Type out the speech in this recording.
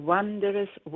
Wondrous